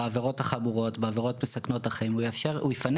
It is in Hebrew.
בעבירות החמורות ובעבירות מסכנות החיים הוא יפנה